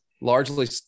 largely